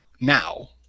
now